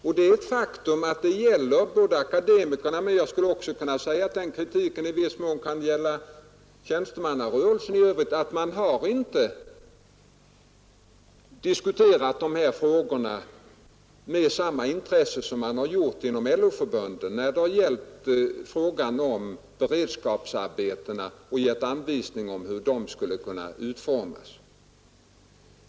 Och det är ett faktum — kritiken gäller främst akademikerna men den kan också i viss mån gälla tjänstemannarörelsen i övrigt — att man inte med samma intresse som inom LO-förbunden har diskuterat frågan om beredskapsarbetena och gett anvisningar om hur de skulle kunna utformas.